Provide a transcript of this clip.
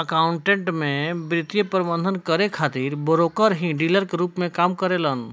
accountant में वित्तीय प्रबंधन करे खातिर ब्रोकर ही डीलर के रूप में काम करेलन